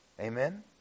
Amen